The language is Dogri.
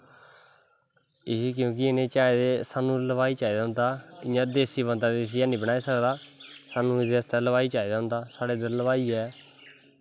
इस्सी क्योंकि एह्दे च सानूं हलवाई चाहिदा होंदा ऐ इ'यां देस्सी बंदा इस्सी ऐनी बनाई सकदा सानूं एह्दै आस्तै हलवाई चाहिदा होंदा ऐ साढ़ै इद्धर हलवाई ऐ